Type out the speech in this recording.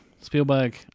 Spielberg